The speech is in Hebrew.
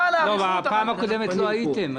בפעם הקודמת לא הייתם.